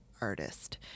artist